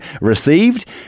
received